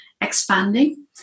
expanding